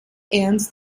ernst